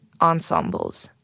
ensembles